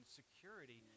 security